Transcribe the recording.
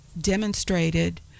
demonstrated